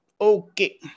Okay